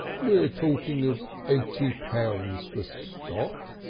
were talking of eighty pounds for stock,